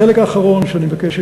החלק האחרון שאני מבקש,